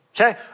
okay